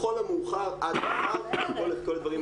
לכל המאוחר עד גמר כל הדברים.